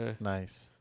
Nice